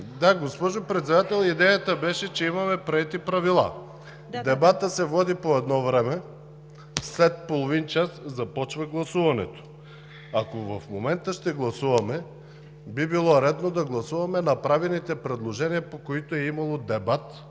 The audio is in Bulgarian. Госпожо Председател, идеята беше, че имаме приети правила. Дебатът се води по едно време, след половин час започва гласуването. Ако в момента ще гласуваме, би било редно да гласуваме направените предложения, по които е имало дебат,